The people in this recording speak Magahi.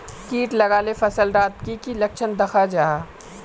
किट लगाले फसल डात की की लक्षण दखा जहा?